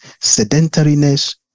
sedentariness